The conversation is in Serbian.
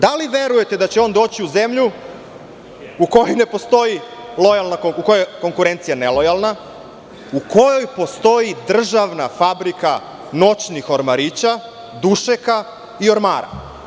Da li verujete da će on doći u zemlju u kojoj je konkurencija nelojalna, u kojoj postoji državna fabrika noćnih ormarića, dušeka i ormara.